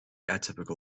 atypical